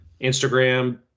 instagram